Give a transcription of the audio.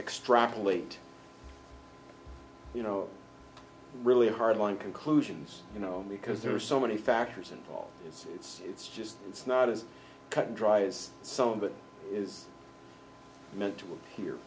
extrapolate you know really hard line conclusions you know because there are so many factors involved it's it's it's just it's not as cut and dry as some of it is meant